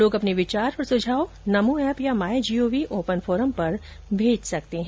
आप भी अपने विचार और सुझाव नमो ऐप या माई जीओवी ओपन फोरम पर भेज सकते हैं